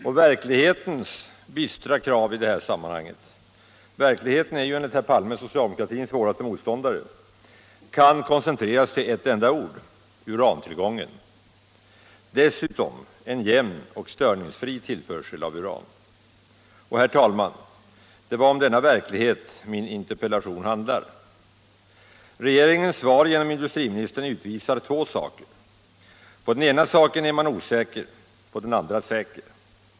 Och verklighetens bistra krav i det här sammanhanget — verkligheten är ju enligt herr Palme socialdemokratins svåraste motståndare — kan koncentreras till ett enda ord, urantillgången. Dessutom en jämn och störningsfri tillförsel av uran. Och, herr talman, det är om denna verklighet min interpellation handlar, Regeringens svar genom industriministern utvisar två saker. På den ena saken är man osäker, på dén andra säker.